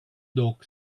dog